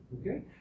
okay